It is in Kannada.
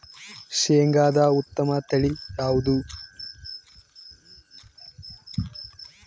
ಶೇಂಗಾದ ಉತ್ತಮ ಇಳುವರಿ ತಳಿ ಯಾವುದು?